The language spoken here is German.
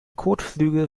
kotflügel